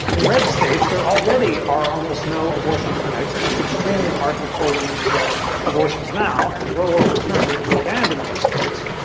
in red states, there already are almost no abortion clinics and it's extremely hard for poor women to get abortions now. and a roe overturned and it were banned in those states.